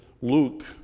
Luke